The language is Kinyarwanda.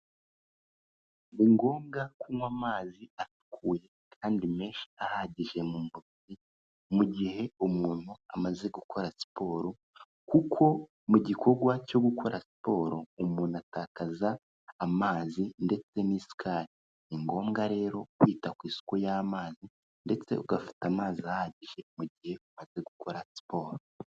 Ni ngombwa kunywa amazi asukuye kandi menshi ahagije mu mubiri mu gihe umuntu amaze gukora siporo, kuko mu gikorwa cyo gukora siporo umuntu atakaza amazi ndetse n'isukari. Ni ngombwa rero kwita ku isuku y'amazi ndetse ugafata amazi ahagije mu gihe umaze gukora siporo.